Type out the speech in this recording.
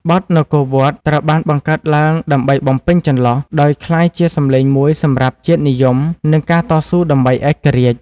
បទ នគរវត្ត ត្រូវបានបង្កើតឡើងដើម្បីបំពេញចន្លោះ ដោយក្លាយជាសំឡេងមួយសម្រាប់ជាតិនិយម និងការតស៊ូដើម្បីឯករាជ្យ។